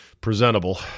presentable